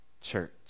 church